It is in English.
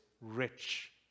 rich